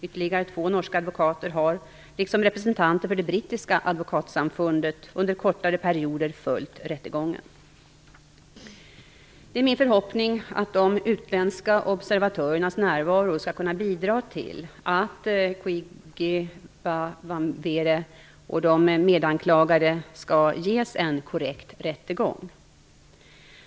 Ytterligare två norska advokater har liksom representanter för det brittiska advokatsamfundet under kortare perioder följt rättegången. Det är min förhoppning att de utländska observatörernas närvaro skall kunna bidra till att Koigi Wa Wamwere och de medanklagade skall ges en korrekt rättegång.